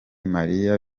mariya